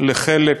לחלק